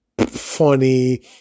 funny